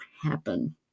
happen